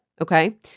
okay